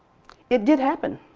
it did happen,